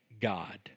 God